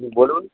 হুম বলুন